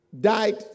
died